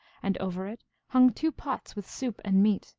and over it hung two pots with soup and meat,